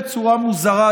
בצורה מוזרה,